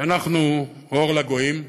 שאנחנו אור לגויים.